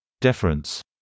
deference